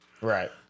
Right